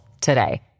today